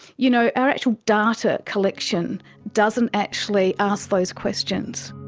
you know our actual data collection doesn't actually ask those questions.